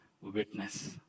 witness